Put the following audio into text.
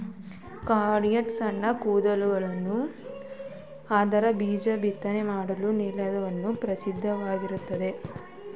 cultipacker ಸಣ್ಣ ಕಲ್ಲುಗಳನ್ನು ಅದುಮಿ ಬೀಜ ಬಿತ್ತನೆ ಮಾಡಲು ನೆಲವನ್ನು ಪ್ರಶಸ್ತವಾಗಿರುತ್ತದೆ